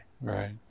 right